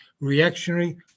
reactionary